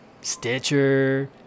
Stitcher